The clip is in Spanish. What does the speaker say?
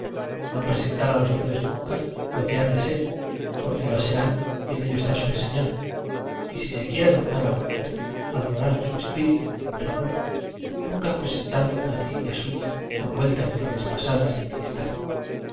no presentar a los hom bres nunca lo que han de ser porque lo se rán y en ello está su enseñanza y si se quiere adorar a un hombre adorar su espíi fu con el recuerdo nunca presentando una tibia suya envuelta en flores pasadas y en cristal